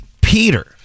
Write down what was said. Peter